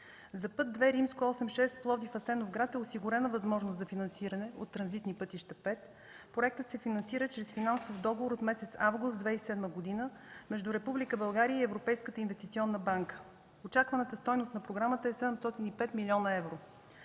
За път ІІ-86 Пловдив – Асеновград е осигурена възможност за финансиране от „Транзитни пътища 5”. Проектът се финансира чрез финансов договор от месец август 2007 г. между Република България и Европейската инвестиционна банка. Очакваната стойност на програмата е 705 млн. евро.